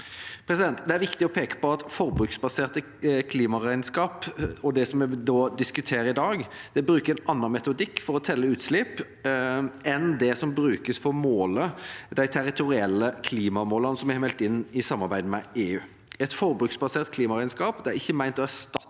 Det er viktig å peke på at forbruksbaserte klimaregnskap, som vi diskuterer i dag, bruker en annen metodikk for å telle utslipp enn det som brukes for å måle de territorielle klimamålene vi har meldt inn i samarbeid med EU. Et forbruksbasert klimaregnskap er ikke ment å erstatte